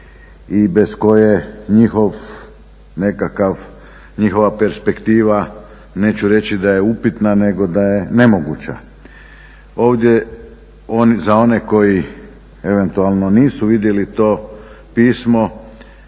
nekakva njihova perspektiva neću reći da je upitna, nego da je nemoguća. Ovdje za one koji eventualno nisu vidjeli to pismo,